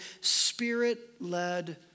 spirit-led